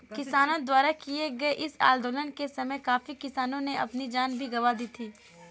किसानों द्वारा किए गए इस आंदोलन के समय काफी किसानों ने अपनी जान भी गंवा दी थी